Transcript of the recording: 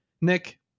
Nick